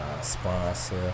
Sponsor